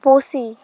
ᱯᱩᱥᱤ